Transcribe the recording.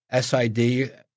SID